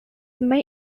main